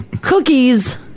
cookies